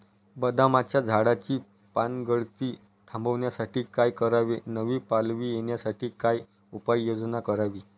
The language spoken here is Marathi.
बदामाच्या झाडाची पानगळती थांबवण्यासाठी काय करावे? नवी पालवी येण्यासाठी काय उपाययोजना करावी?